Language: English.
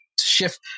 shift